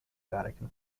vatican